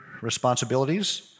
responsibilities